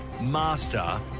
master